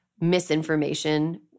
misinformation